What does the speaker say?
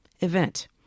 Event